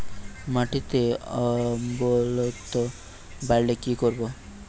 মাটিতে অম্লত্ব বাড়লে কি করব?